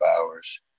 hours